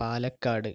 Palakkad